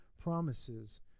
promises